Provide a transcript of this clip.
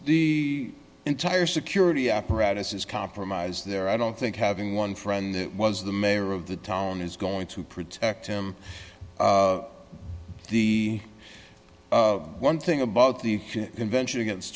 the entire security apparatus is compromise there i don't think having one friend that was the mayor of the town is going to protect him the one thing about the convention against